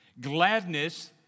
Gladness